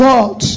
God